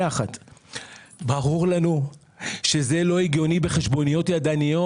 ברור לנו שזה לא הגיוני בחשבוניות ידניות.